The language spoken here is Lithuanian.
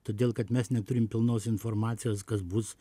todėl kad mes neturimepilnos informacijos kas bus